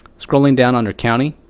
scrolling down under county,